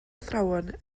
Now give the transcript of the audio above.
athrawon